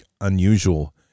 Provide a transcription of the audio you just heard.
unusual